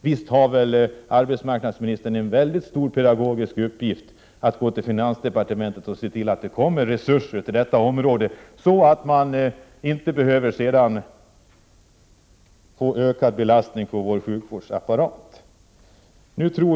Visst har väl arbetsmarknadsministern en väldigt stor pedagogisk uppgift att gå till finansdepartementet och ombesörja att det kommer resurser till detta område, så att det inte sedan behöver bli ökad belastning på vår sjukvårdsapparat.